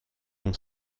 ont